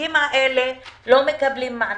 העסקים האלה לא מקבלים מענקים,